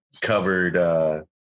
covered